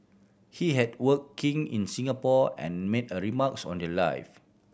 he had working in Singapore and made a remarks on their live